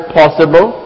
possible